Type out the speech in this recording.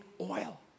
oil